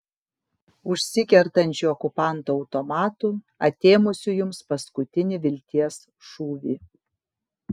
užsikertančiu okupanto automatu atėmusiu jums paskutinį vilties šūvį